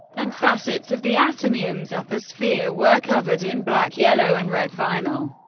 and facets of the atomium's upper sphere were covered in black, yellow and red vinyl.